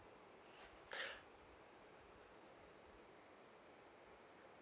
uh